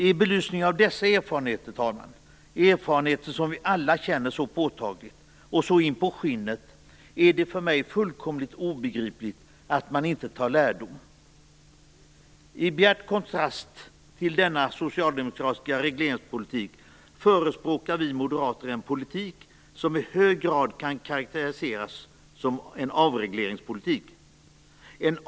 I belysning av dessa erfarenheter, fru talman, erfarenheter som vi alla känner så påtagligt och så in på skinnet, är det för mig fullkomligt obegripligt att man inte tar lärdom. I bjärt kontrast till denna socialdemokratiska regleringspolitik, förespråkar vi moderater en politik som i hög grad kan karakteriseras som en avregleringspolitik.